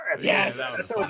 yes